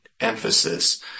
emphasis